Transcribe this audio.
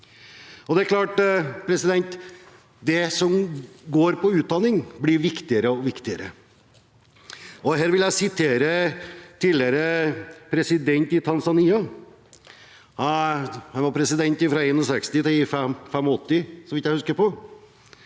det som handler om utdanning, blir viktigere og viktigere. Her vil jeg referere tidligere president i Tanzania – han var president fra 1961 til 1985, så vidt jeg husker.